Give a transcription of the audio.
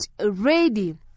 ready